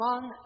One